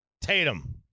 Tatum